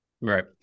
Right